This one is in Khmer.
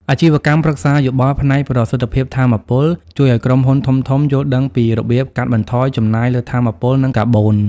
អាជីវកម្មប្រឹក្សាយោបល់ផ្នែកប្រសិទ្ធភាពថាមពល ជួយឱ្យក្រុមហ៊ុនធំៗយល់ដឹងពីរបៀបកាត់បន្ថយចំណាយលើថាមពល និងកាបូន។